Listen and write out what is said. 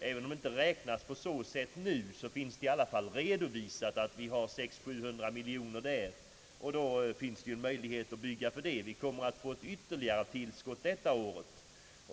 även om man inte räknar på så sätt nu, finns det i alla fall redovisat 600 å 700 miljoner kronor i bilskattemedel. Då är det möjligt att bygga för dessa pengar. Vi kommer att få ett ytterligare tillskott detta år.